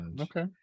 Okay